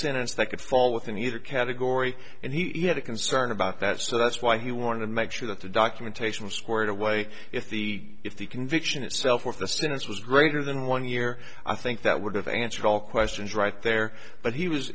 sentence that could fall within either category and he had a concern about that so that's why he wanted to make sure that the documentation squared away if the if the conviction itself or the sentence was greater than one year i think that would have answered all questions right there but he was